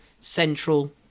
central